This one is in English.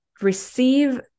receive